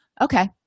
Okay